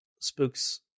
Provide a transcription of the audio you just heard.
Spook's